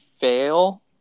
fail